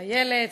ואיילת,